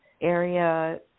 area